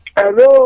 hello